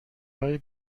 های